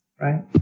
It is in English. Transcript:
right